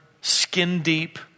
skin-deep